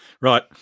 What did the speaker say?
Right